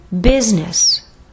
business